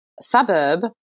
suburb